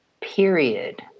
period